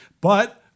But-